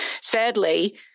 Sadly